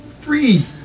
Three